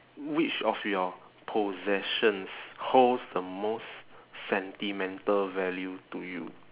which of your possessions holds the most sentimental value to you